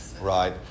right